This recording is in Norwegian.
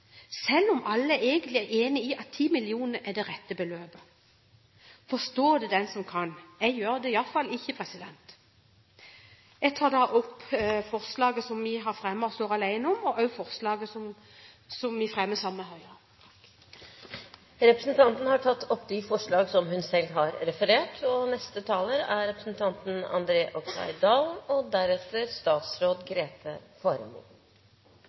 selv om alle egentlig er enig i at 10 mill. kr er det rette beløpet. Forstå det den som kan, jeg gjør det i alle fall ikke. Jeg tar opp forslaget som vi har fremmet og står alene om, og forslaget som vi fremmer sammen med Høyre. Representanten Åse Michaelsen har tatt opp de forslag hun refererte til. Det meste er egentlig sagt, men jeg har lyst til å takke komiteen for godt samarbeid, takke saksordføreren og